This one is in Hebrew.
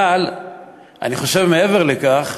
אבל אני חושב, מעבר לכך,